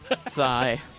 Sigh